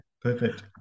perfect